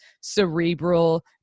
cerebral